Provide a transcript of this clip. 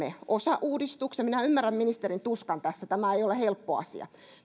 osauudistuksen minä ymmärrän ministerin tuskan tässä tämä ei ole helppo asia